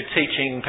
teaching